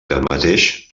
tanmateix